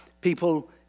people